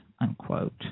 unquote